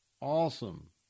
awesome